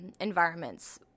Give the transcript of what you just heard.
environments